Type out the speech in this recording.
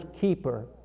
keeper